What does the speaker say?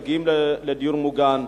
מגיעים לדיור מוגן,